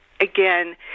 again